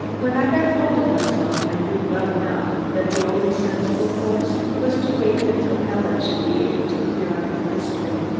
when i got hold of myself, i knew well enough that the only sensible course was to wait until helen should be able to clear up the mystery,